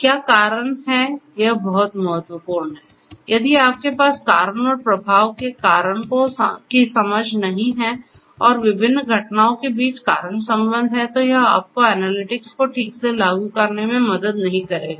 क्या कारण है यह बहुत महत्वपूर्ण है यदि आपके पास कारण और प्रभाव के कारण की समझ नहीं है और विभिन्न घटनाओं के बीच कारण संबंध हैं तो यह आपको एनालिटिक्स को ठीक से लागू करने में मदद नहीं करेगा